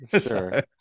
sure